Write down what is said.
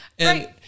Right